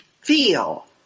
feel